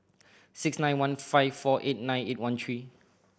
six nine one five four eight nine eight one three